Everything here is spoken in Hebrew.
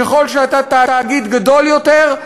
ככל שאתה תאגיד גדול יותר,